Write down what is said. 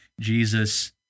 Jesus